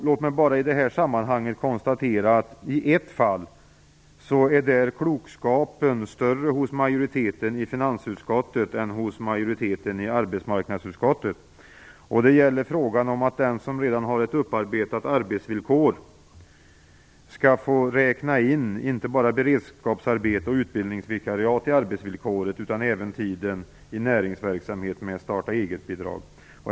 Låt mig bara i detta sammanhang konstatera att klokskapen i ett fall är större hos majoriteten i finansutskottet än hos majoriteten i arbetsmarknadsutskottet. Det gäller frågan om att den som redan har ett upparbetat arbetsvillkor skall få räkna in inte bara beredskapsarbete och utbildningsvikariat i arbetsvillkoret utan även tiden i näringsverksamhet med starta-eget-bidrag.